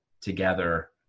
together